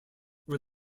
were